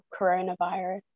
coronavirus